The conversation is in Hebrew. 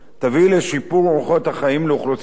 תביא לשיפור אורחות החיים של אוכלוסיית התלמידים,